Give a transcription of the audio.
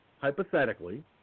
hypothetically